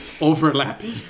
overlapping